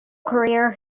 career